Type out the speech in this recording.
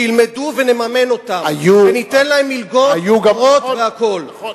שילמדו ונממן אותם וניתן להם מלגות גבוהות והכול.